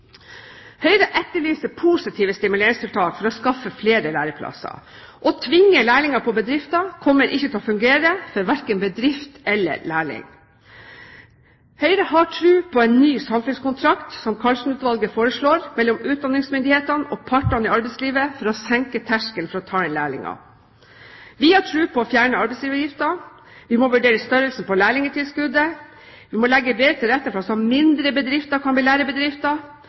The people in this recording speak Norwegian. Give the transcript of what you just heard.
Høyre etterlyser positive stimuleringstiltak for å skaffe flere læreplasser. Å påtvinge bedriftene lærlinger kommer ikke til å fungere for verken bedrift eller elev. Høyre har tro på en ny samfunnskontrakt, slik Karlsen-utvalget foreslår, mellom utdanningsmyndighetene og partene i arbeidslivet for å senke terskelen for å ta inn lærlinger. Vi har tro på å fjerne arbeidsgiveravgiften, vi må vurdere størrelsen på lærlingtilskuddet, vi må legge bedre til rette for at også mindre bedrifter kan bli lærebedrifter,